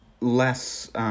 less